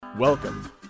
Welcome